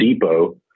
Depot